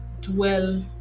dwell